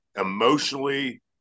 emotionally